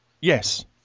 Yes